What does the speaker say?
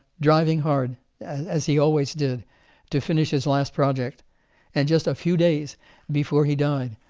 driving hard as he always did to finish his last project and just a few days before he died,